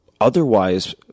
otherwise